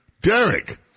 Derek